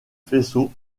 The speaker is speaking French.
faisceau